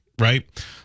right